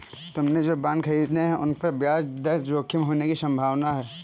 तुमने जो बॉन्ड खरीदे हैं, उन पर ब्याज दर जोखिम होने की संभावना है